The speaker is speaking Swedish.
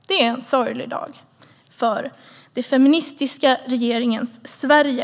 Det är en sorglig dag för den feministiska regeringens Sverige.